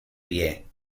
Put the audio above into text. pie